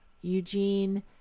Eugene